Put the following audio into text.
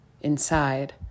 inside